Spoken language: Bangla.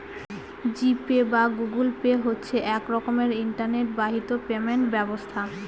জি পে বা গুগল পে হচ্ছে এক রকমের ইন্টারনেট বাহিত পেমেন্ট ব্যবস্থা